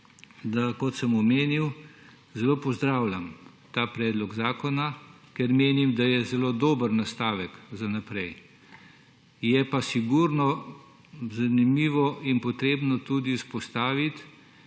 kot sem omenil, da zelo pozdravljam ta predlog zakona, ker menim, da je zelo dober nastavek za naprej. Je pa sigurno zanimivo in potrebno tudi izpostaviti,